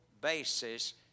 basis